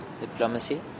Diplomacy